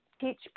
Teach